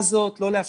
דרך